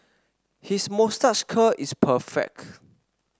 his moustache curl is perfect